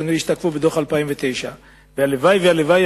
כנראה ישתקפו בדוח 2009. הלוואי והלוואי,